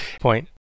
point